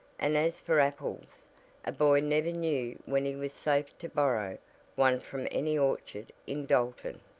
and as for apples a boy never knew when he was safe to borrow one from any orchard in dalton.